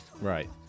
Right